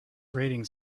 grating